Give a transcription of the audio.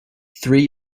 three